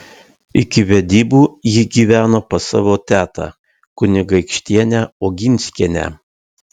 iki vedybų ji gyveno pas savo tetą kunigaikštienę oginskienę